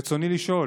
רצוני לשאול: